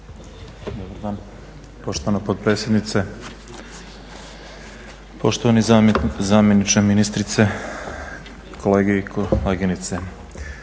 Dobar dan poštovana potpredsjednice, poštovani zamjeniče ministrice, kolege i kolegice.